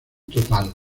total